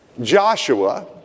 Joshua